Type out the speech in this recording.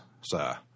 sir